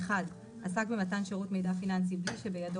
עסק במתן שירות מידע פיננסי בלי שבידו